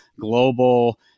global